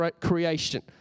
creation